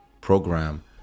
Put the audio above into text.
program